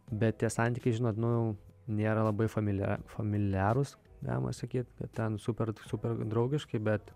bet tie santykiai žinot nu nėra labai familia familiarūs galima sakyt kad ten super super draugiškai bet